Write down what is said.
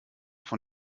von